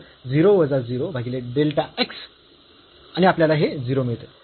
तर 0 वजा 0 भागीले डेल्टा x आणि आपल्याला हे 0 मिळते